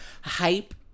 hype